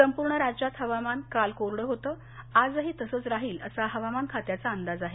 संपूर्ण राज्यात हवामान काल कोरडं होतं आजही तसंच राहील असा हवामान खात्याचा अंदाज आहे